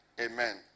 Amen